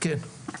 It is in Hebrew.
כן.